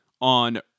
on